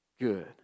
good